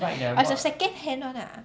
oh it's a second hand one ah